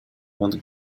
hun